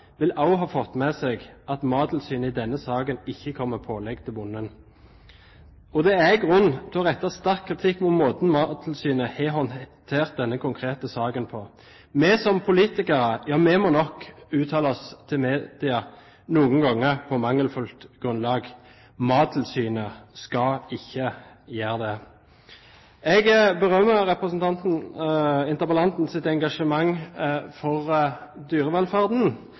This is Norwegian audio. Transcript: vil også ha fått med seg at Mattilsynet i denne saken ikke kom med pålegg til bonden. Det er grunn til å rette sterk kritikk mot måten Mattilsynet har håndtert denne konkrete saken på. Vi som politikere må nok uttale oss til media noen ganger på mangelfullt grunnlag. Mattilsynet skal ikke gjøre det. Jeg berømmer interpellantens engasjement for dyrevelferden.